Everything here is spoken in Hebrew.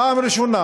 פעם ראשונה,